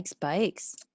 bikes